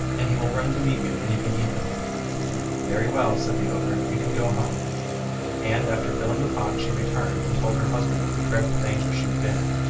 and he will run to meet you, and you can eat him very well said the ogre, you can go home and after filling the pot she returned, and told her husband of the dreadful danger she had been in.